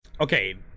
okay